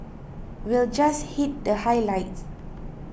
we'll just hit the highlights